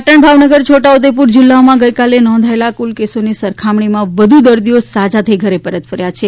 પાટણ ભાવનગર છોટા ઉદ્દેપુર જિલ્લાઓમાં ગઇકાલે નોંધાયેલા કુલ કેસોની સરખામણીમાં વધુ દર્દીઓ સાજા થઈને ઘરે પરત ફર્યા છે